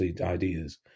ideas